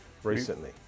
recently